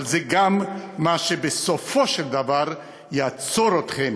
אבל זה גם מה שבסופו של דבר יעצור אתכם,